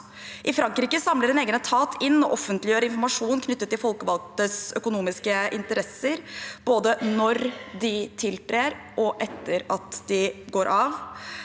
I Frankrike samler en egen etat inn og offentliggjør informasjon knyttet til de folkevalgtes økonomiske interesser – både når de tiltrer, og etter at de går av